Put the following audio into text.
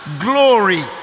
glory